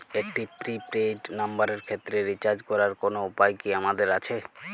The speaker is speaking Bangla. একটি প্রি পেইড নম্বরের ক্ষেত্রে রিচার্জ করার কোনো উপায় কি আমাদের আছে?